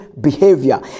behavior